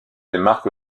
démarque